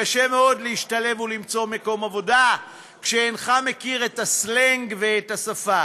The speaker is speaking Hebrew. קשה מאוד להשתלב ולמצוא מקום עבודה כשאינך מכיר את הסלנג ואת השפה,